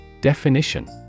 Definition